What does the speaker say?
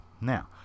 Now